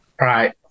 right